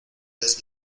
ves